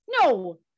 no